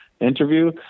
interview